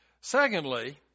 Secondly